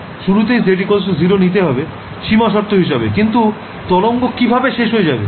শুরুতেই z0 নিতে হবে সীমা শর্ত হিসেবে কিন্তু তরঙ্গ কিভাবে শেষ হয়ে যাবে